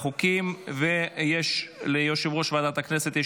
אני קובע כי הצעת החוק לתיקון ולהארכת תוקפן של תקנות